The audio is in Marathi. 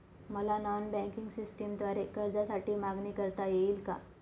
मला नॉन बँकिंग सिस्टमद्वारे कर्जासाठी मागणी करता येईल का?